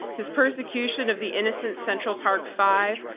his persecution of the innocent central park five,